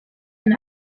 and